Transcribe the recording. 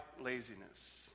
laziness